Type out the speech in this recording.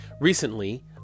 Recently